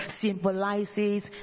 symbolizes